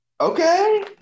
Okay